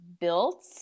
built